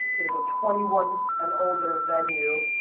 it is a twenty one and older venue,